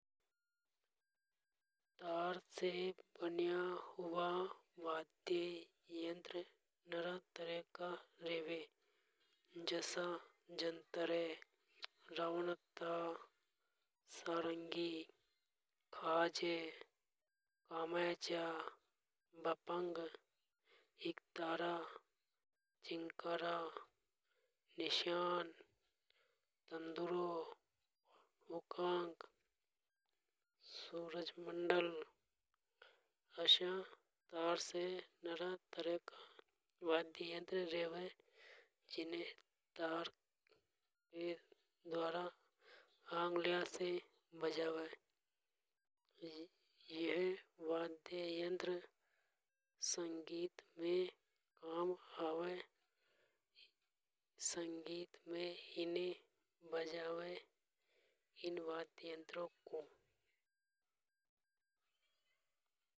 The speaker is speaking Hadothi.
तार से बनिया हुआ वाद्य यंत्र नरा तरह का रेवे। जसा जंतर रावनहथा सारंगी खाज भपंग एकतरा चिंकारा निशान तंदूरो मुखांक सर्जमंडल ऐसा तार से बनिया नरा वाद्य यंत्र रेवे। जीने तार के द्वारा आगलिया से बजावे। यह वाद्य यंत्र संगीत में काम आवे। संगीत में इन बजावे इन वाद्य यंत्रो को।